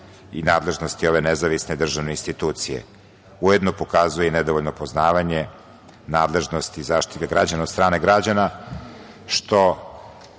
i nadležnosti ove nezavisne državne institucije, ujedno pokazuje i nedovoljno poznavanje nadležnosti i Zaštitnika građana od strane građana, što,